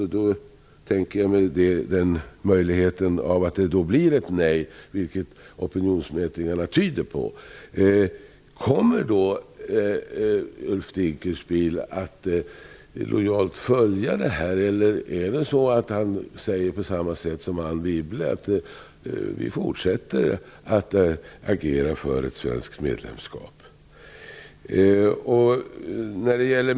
Jag tänker mig möjligheten att det blir ett nej, vilket opinionsmätningarna tyder på: Kommer Ulf Dinkelspiel då att lojalt följa detta resultat? Eller säger han på samma sätt som Anne Wibble: Vi fortsätter att agera för ett svenskt medlemskap.